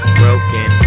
broken